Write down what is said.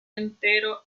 entero